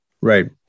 Right